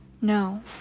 No